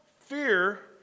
fear